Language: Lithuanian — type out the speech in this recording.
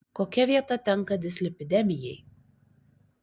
kokia vieta tenka dislipidemijai